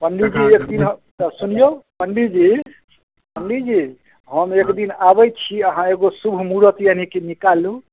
पण्डिजी एकदिन आउ तऽ सुनियौ पण्डिजी पण्डिजी हम एकदिन आबै छी अहाँ एगो शुभ मुहूरत यानी कि निकालू